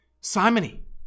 simony